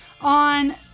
on